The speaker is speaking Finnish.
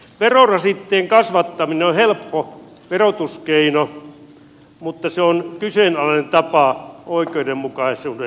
verorasitteen kasvattaminen on helppo verotuskeino mutta se on kyseenalainen tapa oikeudenmukaisuuden näkökulmasta